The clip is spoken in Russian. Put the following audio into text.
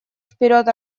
вперед